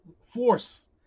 force